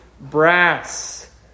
brass